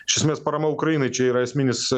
iš esmės parama ukrainai čia yra esminis